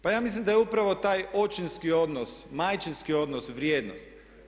Pa ja mislim da je upravo taj očinski odnos, majčinski odnos vrijednost.